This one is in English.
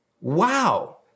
Wow